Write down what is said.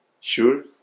sure